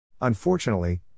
Unfortunately